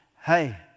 hey